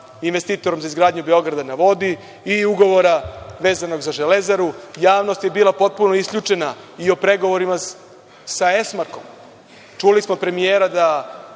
investitorom za izgradnju „Beograda na vodi“, i ugovora vezanog za „Železaru“. Javnost je bila potpuno isključena i o pregovorima sa „Esmarkom“. Čuli smo premijera da